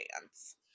dance